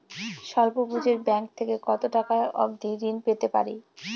স্বল্প পুঁজির ব্যাংক থেকে কত টাকা অবধি ঋণ পেতে পারি?